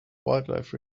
wildlife